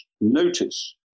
notice